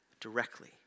directly